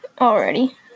already